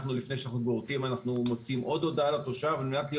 לפני שאנחנו גורטים אנחנו מוציאים עוד הודעה לתושב על מנת להיות